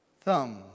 thumb